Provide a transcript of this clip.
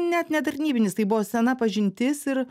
net ne tarnybinis tai buvo sena pažintis ir